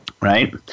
right